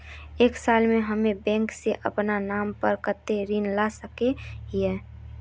एक साल में हम बैंक से अपना नाम पर कते ऋण ला सके हिय?